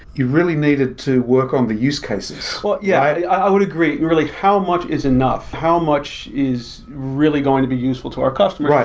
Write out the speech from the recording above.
you really needed to work on the use cases. yeah i would agree, really how much is enough? how much is really going to be useful to our customers?